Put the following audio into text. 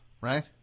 right